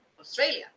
Australia